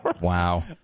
Wow